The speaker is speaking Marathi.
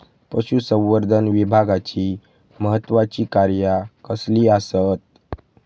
पशुसंवर्धन विभागाची महत्त्वाची कार्या कसली आसत?